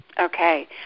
Okay